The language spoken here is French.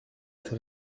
être